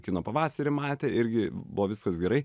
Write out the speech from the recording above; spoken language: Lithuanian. kino pavasary matė irgi buvo viskas gerai